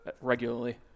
regularly